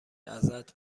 ازت